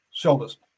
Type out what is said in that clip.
Shoulders